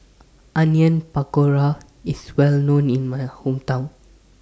Onion Pakora IS Well known in My Hometown